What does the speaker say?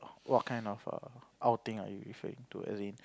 what kind of err outing are you referring to as in